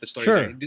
Sure